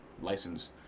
license